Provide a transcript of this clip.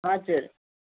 हजुर